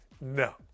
No